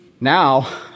now